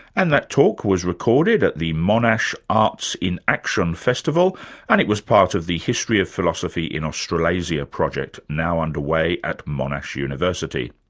and that talk was recorded at the monash arts in action festival and it was part of the history of philosophy in australasia project now underway at monash university.